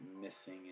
missing